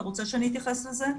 אתה רוצה שאני אתייחס לזה?